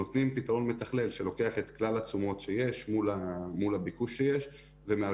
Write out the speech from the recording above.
נותן פתרון מתכלל שלוקח את כלל התשומות שיש מול הביקוש שיש,